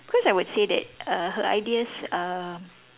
cause I would say that uh her ideas are